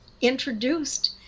introduced